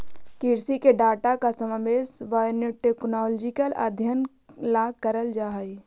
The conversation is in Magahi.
कृषि के डाटा का समावेश बायोटेक्नोलॉजिकल अध्ययन ला करल जा हई